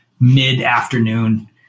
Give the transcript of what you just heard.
mid-afternoon